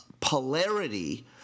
polarity